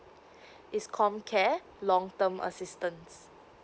it's comcare long term assistance